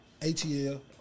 ATL